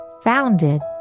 founded